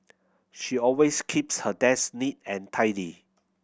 she always keeps her desk neat and tidy